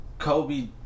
Kobe